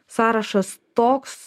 sąrašas toks